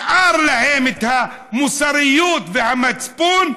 שנשארו להם המוסריות והמצפון,